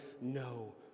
no